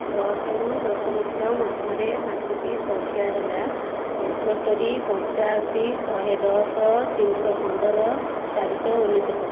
ଦଶରୁ ଦଶଲକ୍ଷ ମଧ୍ୟରେ ପାଞ୍ଚଟି ସଂଖ୍ୟା ହେଲା ପଞ୍ଚସ୍ତରି ପଞ୍ଚାଅଶି ଶହେ ଦଶ ତିନିଶହ ପନ୍ଦର ଚାରିଶହ ଅନେଶ୍ଵତ